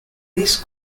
this